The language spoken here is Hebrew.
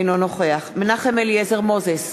אינו נוכח מנחם אליעזר מוזס,